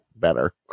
better